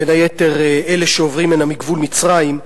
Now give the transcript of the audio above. בין היתר אלה שעוברים הנה מגבול מצרים,